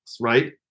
right